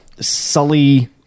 sully